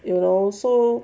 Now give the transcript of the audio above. you know so